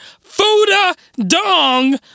food-a-dong